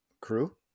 crew